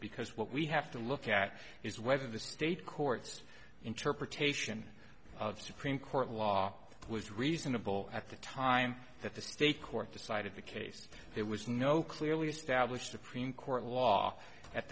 because what we have to look at is whether the state courts interpretation of supreme court law was reasonable at the time that the state court decided the case it was no clearly established to preen court law at